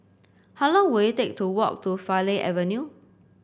how long will it take to walk to Farleigh Avenue